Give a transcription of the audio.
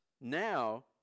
now